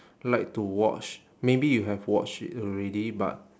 like to watch maybe you have watched it already but